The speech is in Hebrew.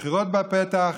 כשהבחירות בפתח,